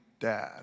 dad